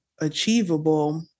achievable